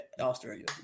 Australia